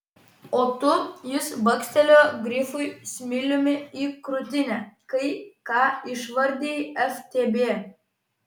o tu jis bakstelėjo grifui smiliumi į krūtinę kai ką išvardijai ftb